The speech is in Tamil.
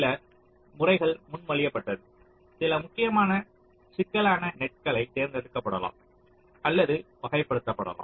சில முறைகள் முன்மொழியப்பட்டது சில முக்கியமான சிக்கலான நெட்களை தேர்ந்தெடுக்கலாம் அல்லது வகைப்படுத்தலாம்